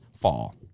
fall